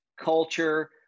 culture